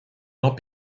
not